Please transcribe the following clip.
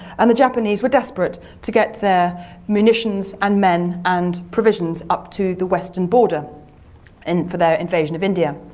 and the japanese were desperate to get their munitions and men and provisions up to the western border and for their invasion of india.